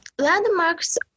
landmarks